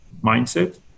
mindset